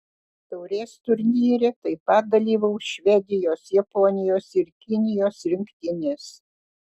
taurės turnyre taip pat dalyvaus švedijos japonijos ir kinijos rinktinės